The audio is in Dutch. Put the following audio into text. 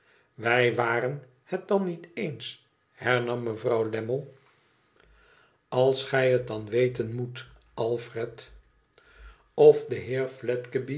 wij waren het dan niet eens hernam mevrouw lammie als gij het dan weten moet alfred of de